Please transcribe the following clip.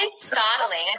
startling